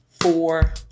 four